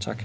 Tak.